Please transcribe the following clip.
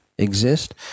Exist